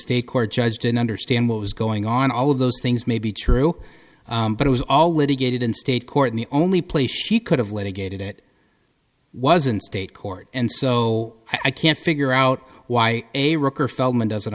state court judge didn't understand what was going on all of those things may be true but it was all litigated in state court and the only place he could have let a gate it wasn't state court and so i can't figure out why a wrecker feldmann doesn't